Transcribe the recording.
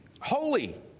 Holy